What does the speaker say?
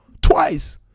twice